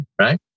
right